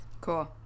Cool